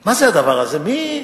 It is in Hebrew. מה זה הדבר הזה, מי,